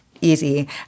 easy